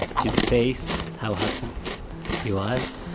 his face. how happy he was.